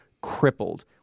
crippled